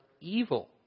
evil